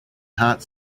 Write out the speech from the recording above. heart